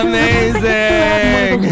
Amazing